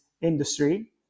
industry